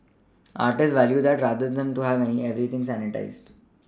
artists value that rather than to have everything sanitised